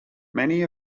many